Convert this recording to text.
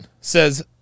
says